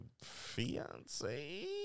fiance